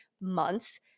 months